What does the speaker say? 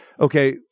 okay